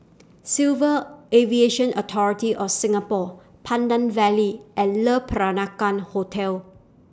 Civil Aviation Authority of Singapore Pandan Valley and Le Peranakan Hotel